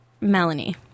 Melanie